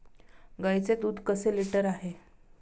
गाईचे दूध कसे लिटर आहे?